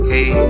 Hey